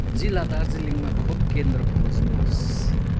जिल्ला दार्जिलिङमा खोप केन्द्र खोज्नुहोस्